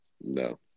No